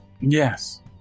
Yes